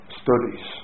studies